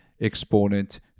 exponent